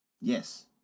Yes